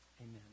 amen